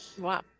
Wow